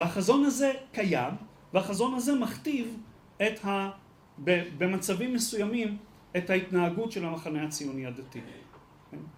‫והחזון הזה קיים, והחזון הזה ‫מכתיב את ה- במצבים מסוימים - ‫את ההתנהגות של המחנה הציוני ‫הדתי.